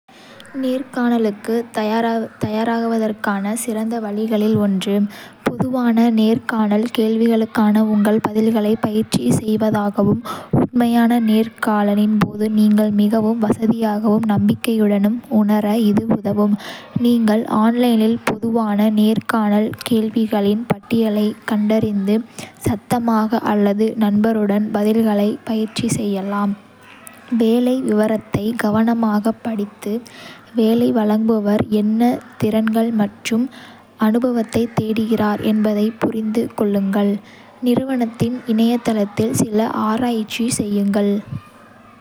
நேர்காணலுக்குத் தயாராவதற்கான சிறந்த வழிகளில் ஒன்று, பொதுவான நேர்காணல் கேள்விகளுக்கான உங்கள் பதில்களைப் பயிற்சி செய்வதாகும். உண்மையான நேர்காணலின் போது நீங்கள் மிகவும் வசதியாகவும் நம்பிக்கையுடனும் உணர இது உதவும். நீங்கள் ஆன்லைனில் பொதுவான நேர்காணல் கேள்விகளின் பட்டியலைக் கண்டறிந்து, சத்தமாக அல்லது நண்பருடன் பதில்களைப் பயிற்சி செய்யலாம். வேலை விவரத்தை கவனமாகப் படித்து, வேலை வழங்குபவர் என்ன திறன்கள் மற்றும் அனுபவத்தைத் தேடுகிறார் என்பதைப் புரிந்து கொள்ளுங்கள். நிறுவனத்தின் இணையதளத்தில் சில ஆராய்ச்சி செய்யுங்கள்.